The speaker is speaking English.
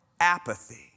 apathy